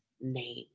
name